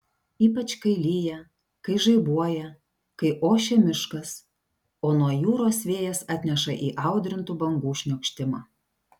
ypač kai lyja kai žaibuoja kai ošia miškas o nuo jūros vėjas atneša įaudrintų bangų šniokštimą